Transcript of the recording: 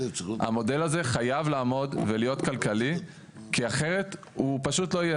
המודל הזה חייב לעמוד ולהיות כלכלי כי אחרת הוא פשוט לא יהיה.